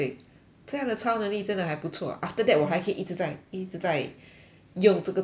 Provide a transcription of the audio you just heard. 这样的超能力真的还不错 after that 我还可以一直在一直在用这个超能力